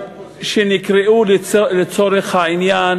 חברי אופוזיציה, כמה זה מעניין